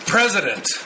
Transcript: President